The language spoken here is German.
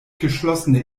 geschlossene